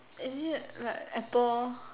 is it like apple